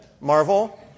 Marvel